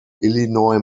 illinois